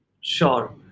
Sure